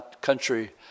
country